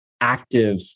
active